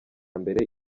mbere